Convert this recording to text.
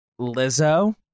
Lizzo